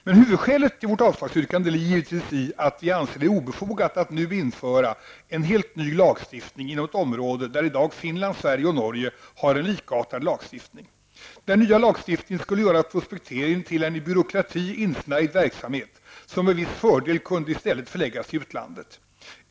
Men huvudskälet till vårt avslagsyrkande ligger givetvis i att vi anser det obefogat att nu införa en helt ny lagstiftning inom ett område där i dag Finland, Sverige och Norge har en likartad lagstiftning. Den nya lagstiftningen skulle göra prospektering till en i byråkrati insnärjd verksamhet, som med viss fördel i stället kunde förläggas till utlandet.